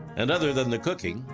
and other than the cooking,